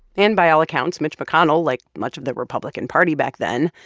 and by all accounts, mitch mcconnell, like much of the republican party back then,